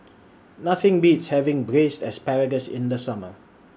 Nothing Beats having Braised Asparagus in The Summer